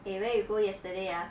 eh where you go yesterday ah